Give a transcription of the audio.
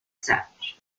savage